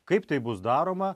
kaip tai bus daroma